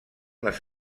les